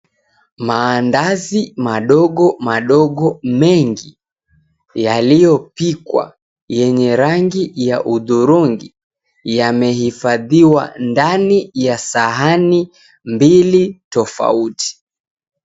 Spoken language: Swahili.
Mandazi madogo madogo mengi yaliyopikwa yenye rangi ya hudhurungi yamehifadhiwa ndani ya sahani mbili tofauti .